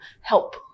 help